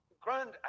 Grand